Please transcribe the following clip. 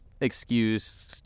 excuse